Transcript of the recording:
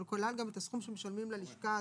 אבל זה כלל גם את הסכום שמשלמים ללשכה הזרה.